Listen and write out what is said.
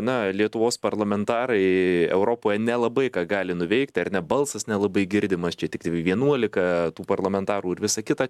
na lietuvos parlamentarai europoj nelabai ką gali nuveikti ar ne balsas nelabai girdimas čia tiktai vienuolika tų parlamentarų ir visa kita